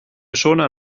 schoner